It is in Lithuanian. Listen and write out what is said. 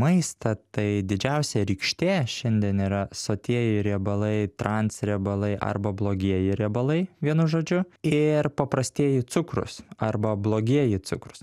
maistą tai didžiausia rykštė šiandien yra sotieji riebalai transriebalai arba blogieji riebalai vienu žodžiu ir paprastieji cukrūs arba blogieji cukrūs